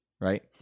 right